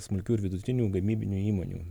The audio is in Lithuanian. smulkių ir vidutinių gamybinių įmonių